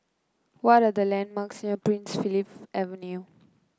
what are the landmarks near Prince Philip Avenue